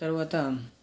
తరువాత